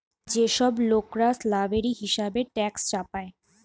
যে সব লোকরা স্ল্যাভেরি হিসেবে ট্যাক্স চাপায়